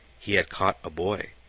he had caught a boy!